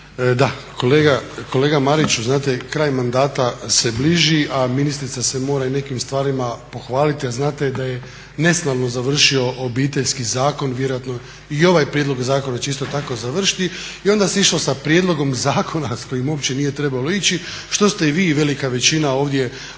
Da, kolega Mariću. Znate kraj mandata se bliži, a ministrica se mora i nekim stvarima pohvaliti, a znate da je neslavno završio Obiteljski zakon, vjerojatno i ovaj prijedlog zakona će isto tako završiti. I onda se išlo sa prijedlogom zakona s kojim uopće nije trebalo ići što ste i vi i velika većina ovdje primijetili